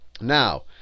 Now